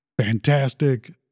fantastic